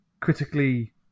critically